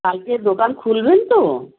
কালকে দোকান খুলবেন তো